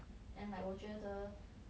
and like 我觉得